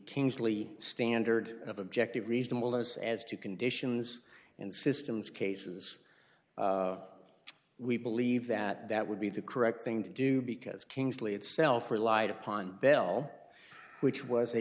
kingsley standard of objective reasonableness as to conditions in systems cases we believe that that would be the correct thing to do because kingsley itself relied upon bell which was a